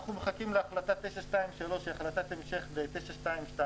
אנחנו מחכים להחלטה 923, שהיא החלטת המשך ל-922.